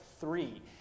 three